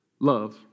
Love